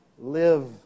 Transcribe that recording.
live